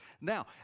Now